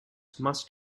must